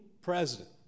president